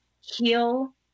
heal